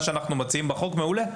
מה שאנחנו מציעים בחוק מעולה.